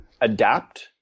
adapt